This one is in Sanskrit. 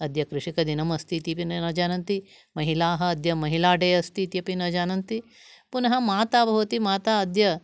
अद्य कृषकदिनम् अस्ति अपि न जानन्ति महिलाः अद्य अद्य महिलाः डे अस्ति इत्यपि न जानन्ति पुनः माता भवति माता अद्य